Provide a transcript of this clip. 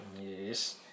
Yes